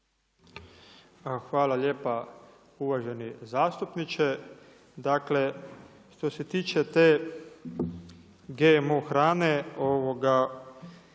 Hvala lijepa. Uvaženi zastupniče, dakle što se tiče te GMO hrane, dakle